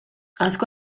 asko